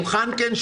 שולחן כן,